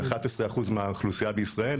11% מהאוכלוסייה בישראל,